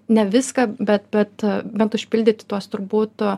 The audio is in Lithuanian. ne viską bet bet bent užpildyti tuos turbūt